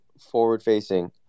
Forward-facing